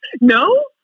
No